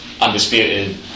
undisputed